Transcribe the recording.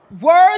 Words